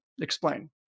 Explain